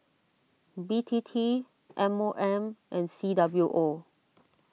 B T T M O M and C W O